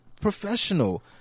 professional